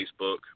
Facebook